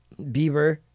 Bieber